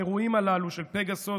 האירועים הללו של פגסוס,